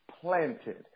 planted